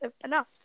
enough